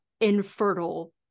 infertile